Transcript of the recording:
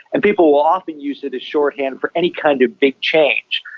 and people will often use it as shorthand for any kind of big change.